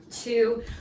two